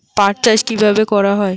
পাট চাষ কীভাবে করা হয়?